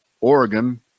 Oregon